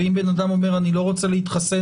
ואם בן-אדם אומר: אני לא רוצה להתחסן,